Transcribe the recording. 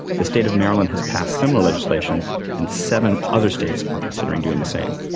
the state of maryland has passed similar legislation and seven other states are considering doing the same.